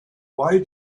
why